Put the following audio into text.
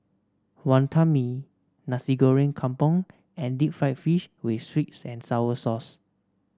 Wantan Mee Nasi Goreng Kampung and Deep Fried Fish with sweet and sour sauce